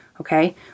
Okay